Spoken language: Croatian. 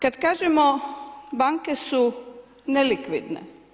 Kad kažemo banke su nelikvidne.